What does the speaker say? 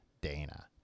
Dana